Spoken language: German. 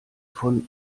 von